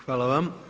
Hvala vam.